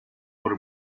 por